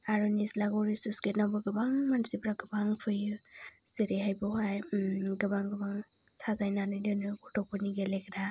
आरो निज्लागुरि सुसगेतआवबो गोबां मानसि गोबां फैयो जेरैहाय बेवहाय गोबां गोबां साजायनानै दोनो गथ'फोरनि गेलेग्रा